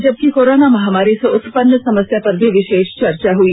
जबकि कोरोना महामारी से उत्पन्न समस्या पर भी विषेष चर्चा हई